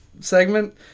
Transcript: segment